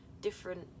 different